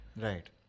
Right